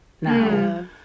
now